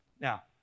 Now